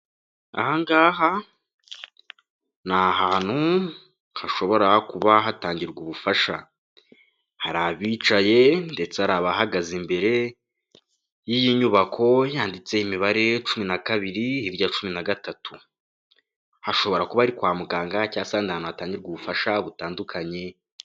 Ahangaha ni ahantu hashobora kuba hatangirwa ubufasha hari abicaye ndetse hari abahagaze imbere y'iyi nyubako yanditse imibare cumi na kabiri, hirya cumi na gatatu, hashobora kuba ari kwa muganga cyangwa se ahandi hantu hatangirwa ubufasha butandukanye.